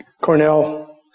Cornell